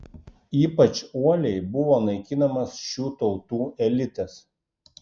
ypač uoliai buvo naikinamas šių tautų elitas